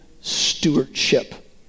stewardship